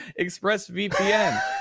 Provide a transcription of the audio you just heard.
ExpressVPN